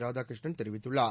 ராதாகிருஷ்ணன் தெரிவித்துள்ளார்